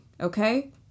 okay